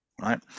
right